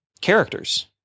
characters